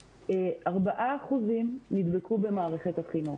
רק 4% נדבקו במערכת החינוך,